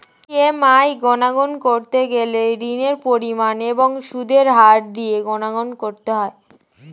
EMI গণনা করতে গেলে ঋণের পরিমাণ এবং সুদের হার দিয়ে গণনা করতে হয়